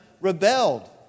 rebelled